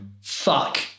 Fuck